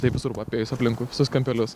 taip visur apėjus aplinkui visus kampelius